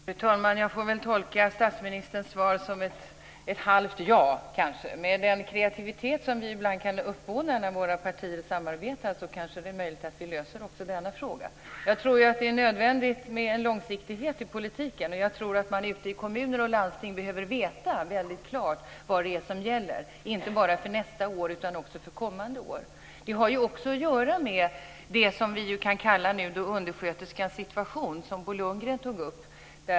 Fru talman! Jag får tolka statsministerns svar som kanske ett halvt ja. Med den kreativitet som vi ibland kan ibland kan uppbåda när våra partier samarbetar är det kanske möjligt att vi löser också denna fråga. Det är nödvändigt med en långsiktighet i politiken. Man behöver i kommuner och landsting väldigt klart veta vad det är som gäller inte bara för nästa år utan också för kommande år. Det har också att göra med det som vi nu kan kalla för undersköterskans situation, som Bo Lundgren tog upp.